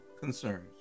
concerns